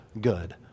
good